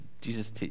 Jesus